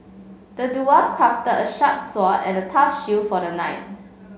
the dwarf crafted a sharp sword and a tough shield for the knight